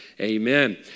Amen